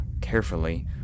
carefully